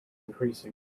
increasing